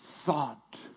thought